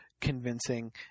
convincing